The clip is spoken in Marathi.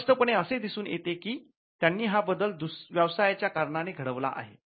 स्पष्टपणे असे दिसून येते की त्यांनी हा बदल व्यवसायाच्या कारणाने घडवला आहे